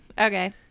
okay